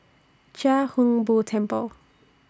Chia Hung Boo Temple